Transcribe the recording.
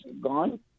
gone